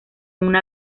una